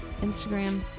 Instagram